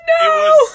No